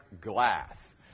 glass